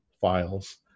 files